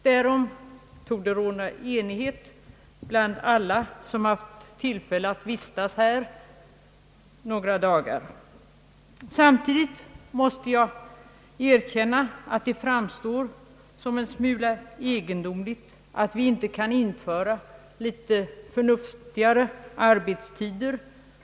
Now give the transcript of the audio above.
Därom torde råda enighet bland alla som haft tillfälle att vistas här några dagar. Samtidigt måste jag erkänna att det framstår som en smula egendomligt att vi inte kan införa litet förnuftigare arbetstider.